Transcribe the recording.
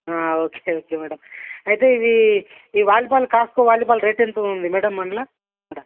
okay okay madam అయితే ఇది ఈ వాలీబాల్ కాస్కో వాలీబాల్ రేట్ ఎంత ఉంది మేడం అందులో ఆడ